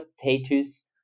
status